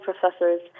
professors